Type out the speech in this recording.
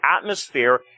atmosphere